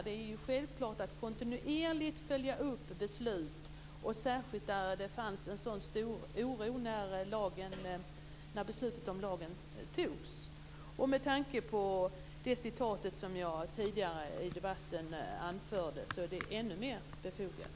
Det är självklart att man kontinuerligt följer upp beslut, särskilt då det fanns en så stor oro när beslutet om lagen fattades. Med tanke på det citat som jag anförde tidigare i debatten är det ännu mer befogat.